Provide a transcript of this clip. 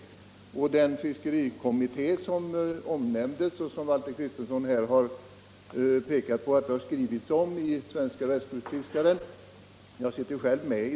Jag sitter själv med i den fiskerikommitté som omnämndes tidigare och som Valter Kristenson påpekar att det skrivits om i tidskriften Svenska Västkustfiskaren.